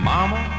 Mama